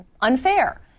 unfair